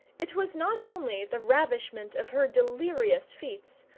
it was not only the ravishment of her delirious feats,